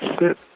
sit